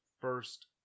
first